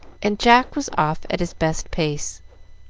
and jack was off at his best pace.